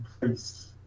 place